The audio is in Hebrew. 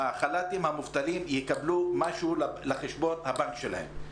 החל"תים המובטלים יקבלו משהו לחשבון הבנק שלהם.